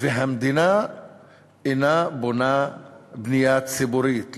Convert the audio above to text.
והמדינה אינה בונה בנייה ציבורית,